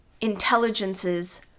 intelligences